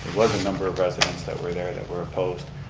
was a number of residents that were there that were opposed.